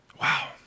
Wow